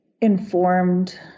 informed